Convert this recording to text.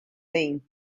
thing